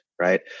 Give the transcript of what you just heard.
right